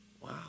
Wow